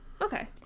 okay